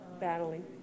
battling